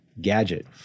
gadget